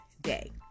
day